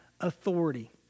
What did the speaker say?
authority